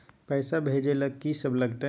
पैसा भेजै ल की सब लगतै?